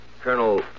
Colonel